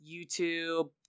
YouTube